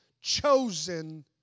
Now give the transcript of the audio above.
chosen